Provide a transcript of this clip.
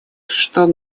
чтобы